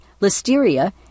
listeria